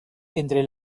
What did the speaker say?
entre